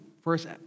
first